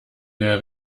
der